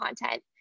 content